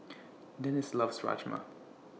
Dennis loves Rajma